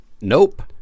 Nope